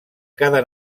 cada